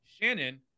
Shannon